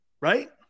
Right